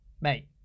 Mate